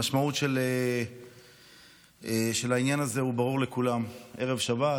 המשמעות של העניין הזה ברורה לכולם: ערב שבת,